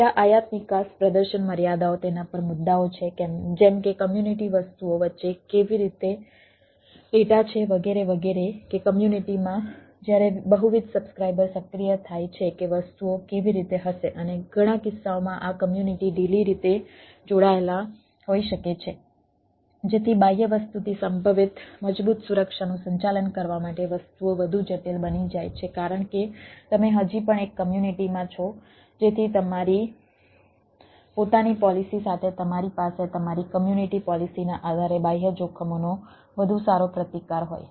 data આયાત નિકાસ પ્રદર્શન મર્યાદાઓ તેના પર મુદ્દાઓ છે જેમ કે કમ્યુનિટી વસ્તુઓ વચ્ચે કેવી રીતે ડેટા છે વગેરે વગેરે કે કમ્યુનિટીમાં જ્યારે બહુવિધ સબ્સ્ક્રાઇબર સક્રિય થાય છે કે વસ્તુઓ કેવી રીતે હશે અને ઘણા કિસ્સાઓમાં આ કમ્યુનિટી ઢીલી રીતે જોડાયેલા હોય શકે છે જેથી બાહ્ય વસ્તુથી સંભવિત મજબૂત સુરક્ષાનું સંચાલન કરવા માટે વસ્તુઓ વધુ જટિલ બની જાય છે કારણ કે તમે હજી પણ એક કમ્યુનિટીમાં છો જેથી તમારી પોતાની પોલિસી સાથે તમારી પાસે તમારી કમ્યુનિટી પોલિસીના આધારે બાહ્ય જોખમોનો વધુ સારો પ્રતિકાર હોય